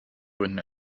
gründen